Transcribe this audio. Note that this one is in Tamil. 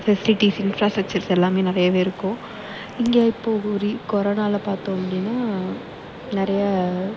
ஃபெசிலிட்டீஸ் இன்ஃபிராஸ்ட்ரெக்சர்ஸ் எல்லாமே நிறையவே இருக்கும் இங்கே இப்போது ரீ கொரோனால் பார்த்தோம் அப்படின்னா நிறைய